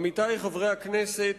עמיתי חברי הכנסת,